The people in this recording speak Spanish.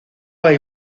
hay